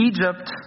Egypt